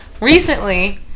recently